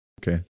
Okay